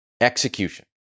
Execution